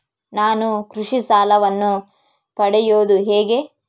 ನಾನು ಕೃಷಿ ಸಾಲವನ್ನು ಪಡೆಯೋದು ಹೇಗೆ?